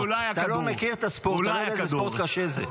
אתה לא יודע איזה ספורט קשה זה.